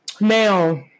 Now